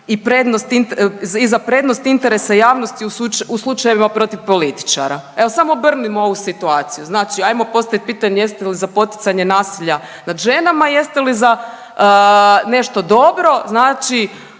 i za prednost interesa javnosti u slučajevima protiv političara. Evo samo obrnimo ovu situaciju, znači ajmo postavit pitanje jeste li za poticanje nasilja nad ženama, jeste li za nešto dobro, znači